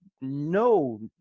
no